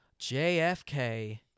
JFK